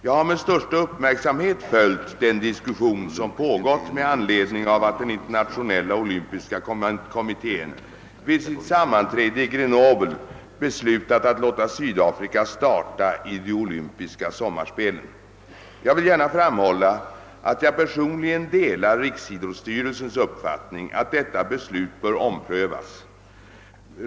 Jag har med största uppmärksamhet följt den diskussion som pågått med anledning av att den internationella olympiska kommittén vid sitt sammanträde i Grenoble beslutat låta Sydafrika starta i de olympiska sommarspelen i Mexiko. Jag vill gärna framhålla att jag personligen delar riksidrottsstyrelsens uppfattning att detia beslut bör omprövas.